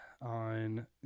on